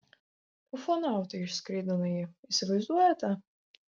ufonautai išskraidina jį įsivaizduojate